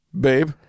babe